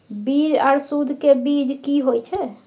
बीज आर सुध बीज की होय छै?